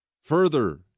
Further